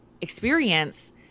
experience